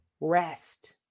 rest